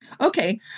Okay